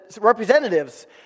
representatives